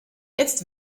jetzt